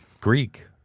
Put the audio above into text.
Greek